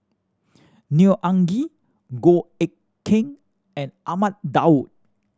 Neo Anngee Goh Eck Kheng and Ahmad Daud